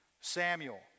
Samuel